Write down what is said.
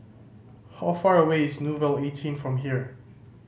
how far away is Nouvel eighteen from here